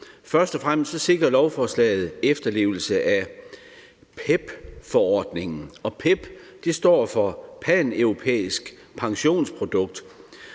Først og fremmest sikrer lovforslaget en efterlevelse af PEPP-forordningen. PEPP står for paneuropæisk personligt